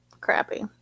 crappy